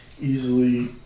easily